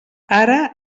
ara